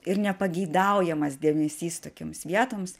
ir nepageidaujamas dėmesys tokioms vietoms